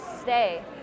stay